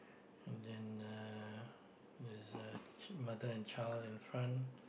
and then uh there's a ch~ mother and child in front